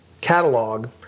catalog